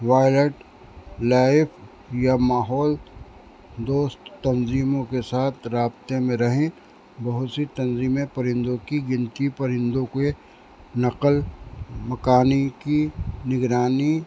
wild life یا ماحول دوست تنظیموں کے ساتھ رابطے میں رہیں بہت سی تنظیمیں پرندوں کی گنتی پرندوں کے نقل مکان کی نگرانی